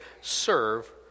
serve